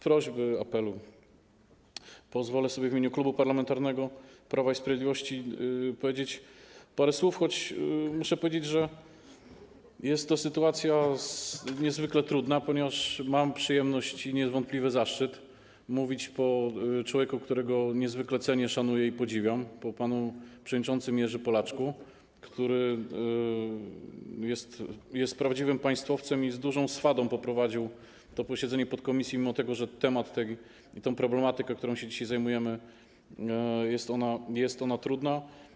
prośby, apelu, pozwolę sobie w imieniu Klubu Parlamentarnego Prawo i Sprawiedliwość powiedzieć parę słów - choć muszę stwierdzić, że jest to sytuacja niezwykle trudna, ponieważ mam przyjemność i niewątpliwy zaszczyt mówić po człowieku, którego niezwykle cenię, szanuję i podziwiam, po panu przewodniczącym Jerzym Polaczku, który jest prawdziwym państwowcem i z dużą swadą poprowadził posiedzenie podkomisji, mimo że ta problematyka, którą się dzisiaj zajmujemy, jest trudna.